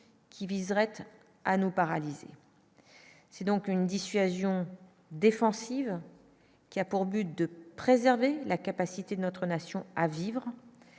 qui viserait à nous paralyser, c'est donc une dissuasion défensive qui a pour but de préserver la capacité de notre nation à vivre,